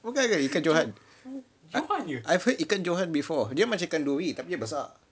ikan johan ke I've heard ikan johan before dia macam ikan duri tapi besar